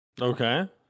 Okay